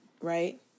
Right